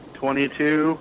twenty-two